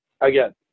again